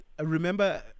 remember